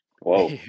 Whoa